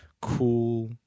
cool